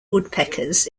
woodpeckers